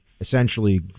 essentially